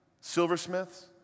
Silversmiths